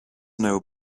know